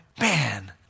Man